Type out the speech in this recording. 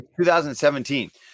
2017